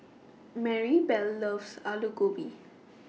Maribel loves Alu Gobi